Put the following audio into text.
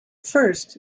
first